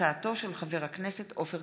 תודה.